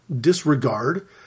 disregard